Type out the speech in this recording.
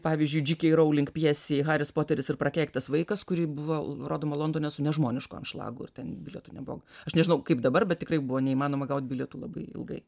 pavyzdžiui džikei rouling pjesei haris poteris ir prakeiktas vaikas kuri buvo nurodoma londone su nežmonišku anšlagu ir ten bilietų nebuvo aš nežinau kaip dabar bet tikrai buvo neįmanoma gaut bilietų labai ilgai